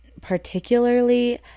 particularly